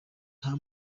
nta